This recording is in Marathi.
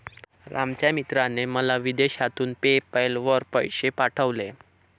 रामच्या मित्राने मला विदेशातून पेपैल वर पैसे पाठवले आहेत